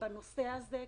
בנושא הזה,